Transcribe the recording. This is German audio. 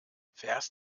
fährst